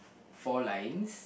four lines